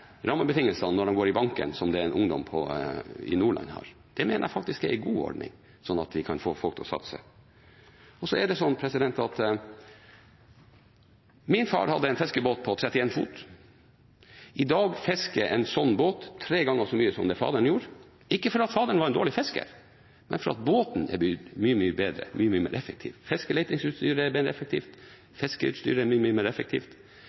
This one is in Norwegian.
rammebetingelsene når de går i banken, som det ungdom i Nordland har. Det mener jeg er en god ordning for å få folk til å satse. Min far hadde en fiskebåt på 31 fot. I dag fisker en slik båt tre ganger så mye som det faderen gjorde. Ikke fordi faderen var en dårlig fisker, men fordi båten er bygd mye, mye bedre, er mye, mye mer effektiv. Fiskeletingsutstyret er mer effektivt, fiskeutstyret er mye, mye mer effektivt.